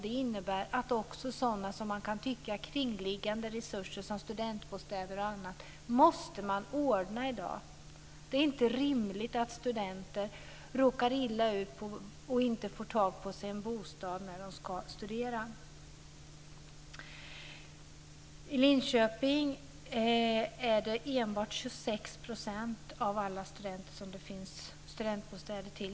Det innebär att också sådana, som man kan tycka, kringliggande resurser som studentbostäder och annat måste ordnas i dag. Det är inte rimligt att studenter råkar illa ut och inte får tag på en bostad när de ska studera. I Linköping finns det studentbostäder till enbart 26 % av studenterna.